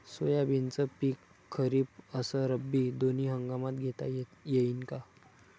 सोयाबीनचं पिक खरीप अस रब्बी दोनी हंगामात घेता येईन का?